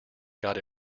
got